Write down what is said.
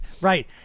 Right